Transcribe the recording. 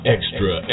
Extra